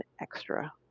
extra